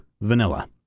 vanilla